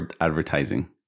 advertising